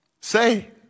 say